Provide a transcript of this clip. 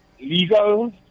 legal